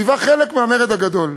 שהיווה חלק מהמרד הגדול,